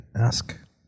ask